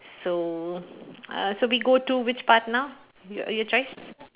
so uh so we go to which part now yo~ your choice